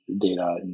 data